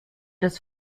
das